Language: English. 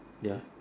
ya